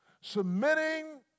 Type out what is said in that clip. Submitting